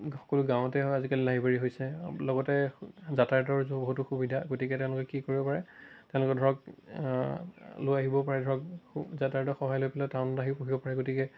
সকলো গাঁৱতে হয় আজিকালি লাইব্ৰেৰী হৈছে লগতে যাতায়তৰ যুগতো সুবিধা গতিকে তেওঁলোকে কি কৰিব পাৰে তেওঁলোকে ধৰক লৈ আহিবও পাৰে সু ধৰক যাতায়তৰ সহায় লৈ পেলাই টাউনত আহিও পঢ়িব পাৰে গতিকে